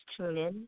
TuneIn